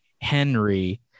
Henry